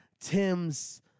Tim's